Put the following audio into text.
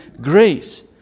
grace